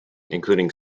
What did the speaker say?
including